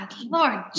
Lord